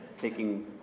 Taking